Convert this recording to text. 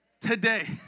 Today